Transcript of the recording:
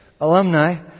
alumni